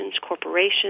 corporations